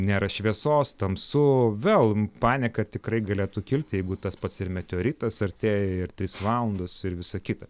nėra šviesos tamsu vėl panika tikrai galėtų kilti jeigu tas pats ir meteoritas artėja ir trys valandos ir visa kita